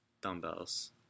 dumbbells